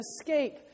escape